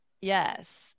yes